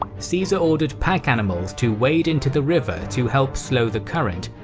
caesar ordered pack animals to wade into the river to help slow the current,